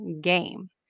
game